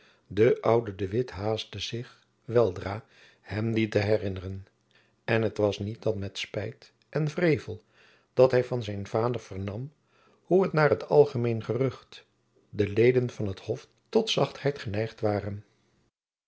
de oude de witt haastte zich weldra hem die te herinneren en het was niet dan met spijt en wrevel dat hy van zijn vader vernam hoe naar t algemeen gerucht de leden van t hof tot zachtheid geneigd waren